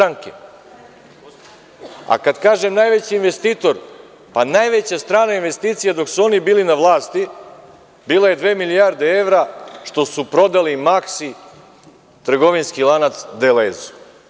A, kada kažem najveći investitor, pa najveća strana investicija dok su oni bili na vlasti, bila je dve milijarde evra što su prodali „Maksi“ trgovinski lanac „Delezu“